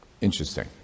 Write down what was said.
Interesting